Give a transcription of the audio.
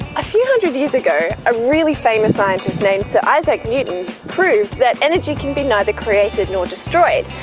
a few hundred years ago a really famous scientist named sir isaac newton proved that energy can be neither created nor destroyed.